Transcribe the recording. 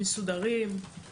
מסודרים,